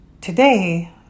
Today